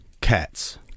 Cats